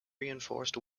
reinforced